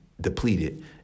depleted